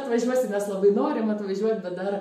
atvažiuosim mes labai norim atvažiuot bet dar